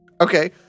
okay